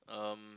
um